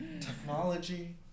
Technology